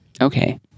Okay